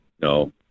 No